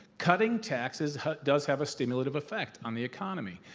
cutting taxes does have a stimulaive effect on the economy.